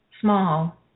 small